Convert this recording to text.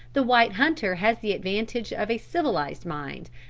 the white hunter has the advantage of a civilised mind,